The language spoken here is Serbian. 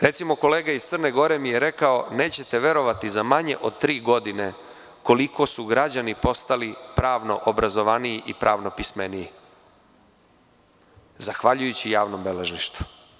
Recimo, kolega iz Crne Gore mi je rekao - nećete verovati za manje od tri godine koliko su građani postali pravno obrazovaniji i pravno pismeniji, zahvaljujući javnom beležništvu.